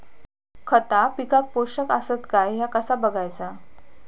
खता पिकाक पोषक आसत काय ह्या कसा बगायचा?